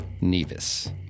Nevis